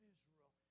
Israel